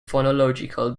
phonological